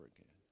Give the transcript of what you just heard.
again